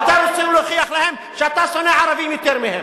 ואתה רוצה להוכיח להם שאתה שונא ערבים יותר מהם.